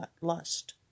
lust